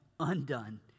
Undone